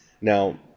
Now